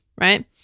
right